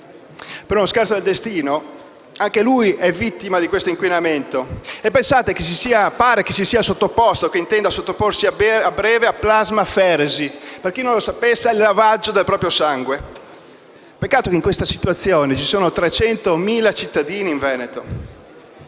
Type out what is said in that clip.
Per uno scherzo del destino anche lui è vittima di questo inquinamento. Pare che si sia sottoposto o intenda sottoporsi a breve a plasmaferesi: per chi non lo sapesse è il lavaggio del proprio sangue. Peccato che in questa situazione vi siano 300.000 cittadini in Veneto.